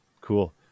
Cool